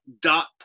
dot